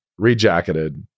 rejacketed